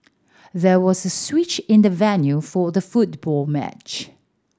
there was a switch in the venue for the football match